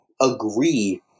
agree